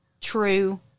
true